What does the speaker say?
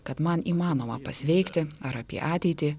kad man įmanoma pasveikti ar apie ateitį